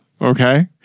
Okay